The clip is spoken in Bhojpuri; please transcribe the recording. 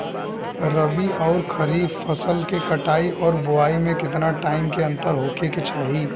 रबी आउर खरीफ फसल के कटाई और बोआई मे केतना टाइम के अंतर होखे के चाही?